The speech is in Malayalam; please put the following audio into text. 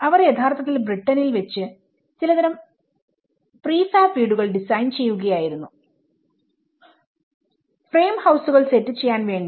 ഞാൻ യഥാർത്ഥത്തിൽ ബ്രിട്ടനിൽ വെച്ച് ചിലതരം പ്രീഫാബ് വീടുകൾ ഡിസൈൻ ചെയ്യുകയായിരുന്നു ഫ്രെയിം ഹൌസുകൾസെറ്റ് ചെയ്യാൻ വേണ്ടി